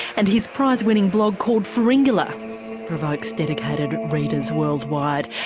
and his prize winning blog called pharyngula provokes dedicated readers worldwide.